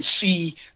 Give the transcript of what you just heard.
see